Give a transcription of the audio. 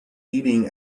eating